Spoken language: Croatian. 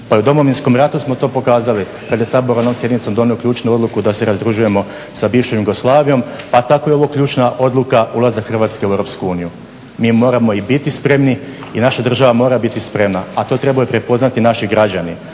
Pa i u Domovinskom ratu smo to pokazali kad je Sabor onom sjednicom donio ključnu odluku da se razdružujemo sa bivšom Jugoslavijom. Pa tako je i ovo ključna odluka ulazak Hrvatske u EU. Mi moramo i biti spremni i naša država mora biti spremna, a to trebaju prepoznati naši građani.